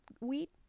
Wheat